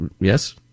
Yes